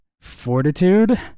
fortitude